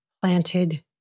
planted